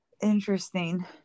Interesting